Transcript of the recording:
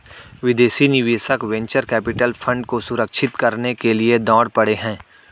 विदेशी निवेशक venture capital fund को सुरक्षित करने के लिए दौड़ पड़े हैं